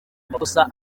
amakosa